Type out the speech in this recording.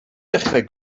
dechrau